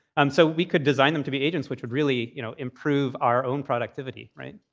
um so we could design them to be agents, which would really you know improve our own productivity, right?